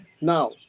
Now